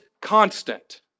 constant